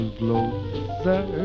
closer